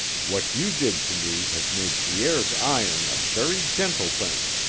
what you did to me has made pierre's iron a very gentle thing.